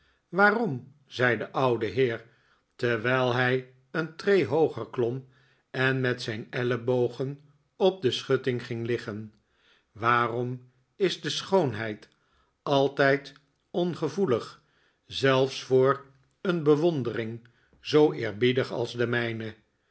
waarom zei de oude heer terwijl hij een tree hooger klom en met zijn ellebogen op de schutting ging liggen waarom is de schoonheid altijd ongevoelig zelfs voor een bewondering zoo eerbiedig als de mijne